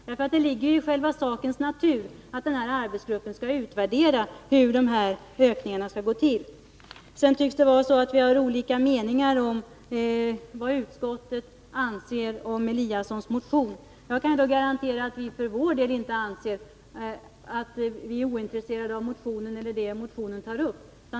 Det ligger ju i själva sakens natur att denna arbetsgrupp skall utreda hur ökningarna skall gå till. Sedan tycks det vara så att vi har olika meningar om vad utskottet anser om herr Eliassons motion. Jag kan garantera att vi för vår del inte är ointresserade av motionen eller av det motionen tar upp.